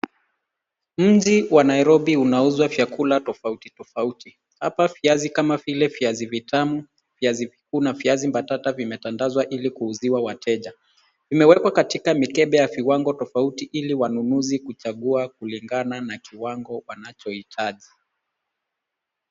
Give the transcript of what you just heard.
Mji wa Nairobi unauzwa vyakula tofauti tofauti. Hapa viazi kama vile viazi vitamu, viazi vikuu na viazi mbatata vimetandazwa ili kuuziwa wateja . Imewekwa katika mikebe ya viwango tofauti ili wanunuzi kuchagua kulingana na kiwango wanachohitaji.